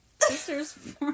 sister's